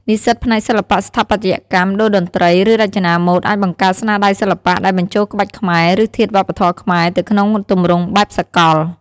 និស្សិតផ្នែកសិល្បៈ ស្ថាបត្យកម្ម តូរ្យតន្ត្រី ឬរចនាម៉ូដ អាចបង្កើត ស្នាដៃសិល្បៈ ដែលបញ្ចូលក្បាច់ខ្មែរ ឬធាតុវប្បធម៌ខ្មែរទៅក្នុងទម្រង់បែបសកល។